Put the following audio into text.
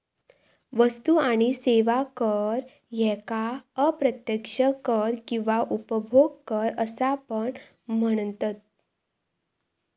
वस्तू आणि सेवा कर ह्येका अप्रत्यक्ष कर किंवा उपभोग कर असा पण म्हनतत